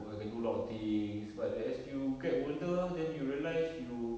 oh I can do a lot of things but as you get older then you realize you